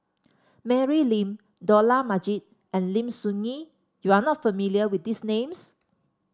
Mary Lim Dollah Majid and Lim Soo Ngee you are not familiar with these names